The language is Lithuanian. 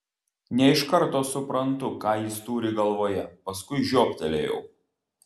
ne iš karto suprantu ką jis turi galvoje paskui žioptelėjau